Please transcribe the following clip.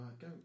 go